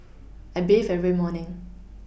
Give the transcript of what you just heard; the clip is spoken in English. I bathe every morning